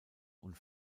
und